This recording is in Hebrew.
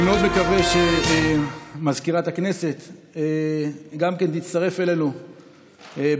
אני מאוד מקווה שגם מזכירת הכנסת תצטרף אלינו בהקדם,